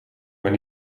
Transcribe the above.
maar